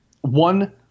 one –